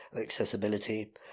accessibility